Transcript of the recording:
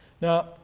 Now